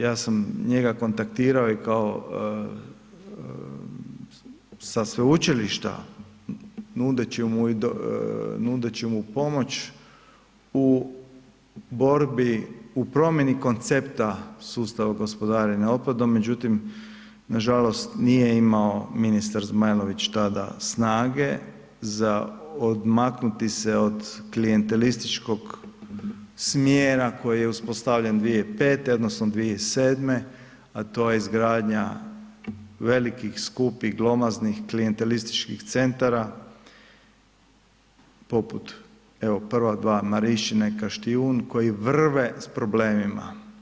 Ja sam njega kontaktirao sa sveučilišta nudeći mu pomoć u promjeni koncepta sustava gospodarenja otpadom, međutim nažalost nije imao ministar Zmajlović tada snage za odmaknuti se od klijentelističkog smjera koji je uspostavljen 2005. odnosno 2007., a to je izgradnja velikih, skupih, glomaznih klijentelističkih centara poput evo prva dva Marišćine i Kaštijun koji vrve s problemima.